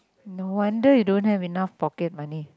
no wonder you don't have enough pocket money